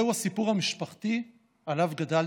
זהו הסיפור המשפחתי שעליו גדלתי,